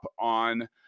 on